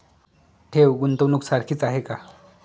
ठेव, गुंतवणूक सारखीच आहे का?